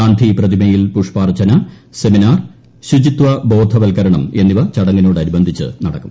ഗാന്ധിപ്രതിമയിൽ പുഷ്പാർച്ചന സെമിനാർ ശുപ്പിത്വ ബോധവൽക്കരണം എന്നിവ ചടങ്ങിനോടനുബന്ധിച്ച് നടിക്കും